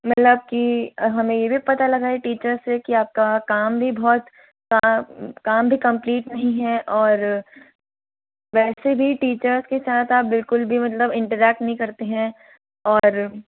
मतलब कि हमें ये भी पता लगा है टीचर्स से कि आपका काम भी बहुत काम भी कम्प्लीट नहीं है और वैसे भी टीचर्स के साथ आप बिल्कुल भी आप मतलब इंटरैक्ट नहीं करते हैं और